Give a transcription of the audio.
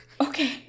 Okay